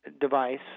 device